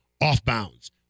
off-bounds